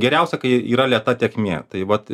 geriausia kai yra lėta tėkmė tai vat